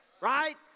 right